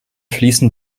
fließen